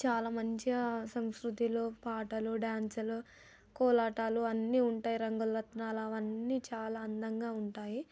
చాలా మంచిగా సంస్కృతిలో పాటలు డాన్సులు కోలాటాలు అన్నీ ఉంటాయి రంగుల రాట్నాలు అవన్నీ చాలా అందంగా ఉంటాయి